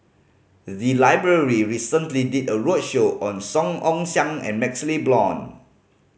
the library recently did a roadshow on Song Ong Siang and MaxLe Blond